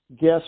guess